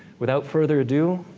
without further ado,